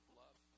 love